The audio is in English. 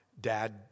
dad